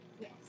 Yes